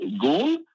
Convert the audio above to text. goal